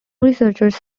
researchers